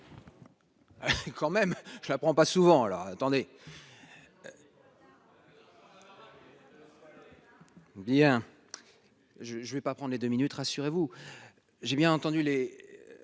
Quand même, je la prends pas souvent, alors attendez. Bien je je ne vais pas prendre les deux minutes, rassurez-vous, j'ai bien entendu les